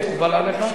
אוקיי, מקובל עליך?